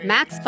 Max